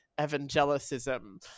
evangelicism